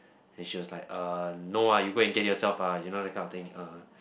and she was like uh no ah you go and get yourself ah you know that kind of thing uh